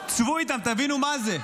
שבו איתם, תבינו מה זה.